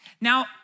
Now